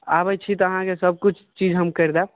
आबैत छियै तऽ अहाँके सब किछु चीज हम करि देब